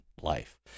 life